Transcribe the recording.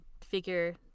figure